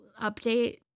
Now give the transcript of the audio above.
update